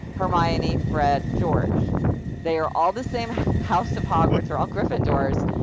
hermione, fred, george they're all the same house of hogwarts. they're all gryffindors,